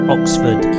Oxford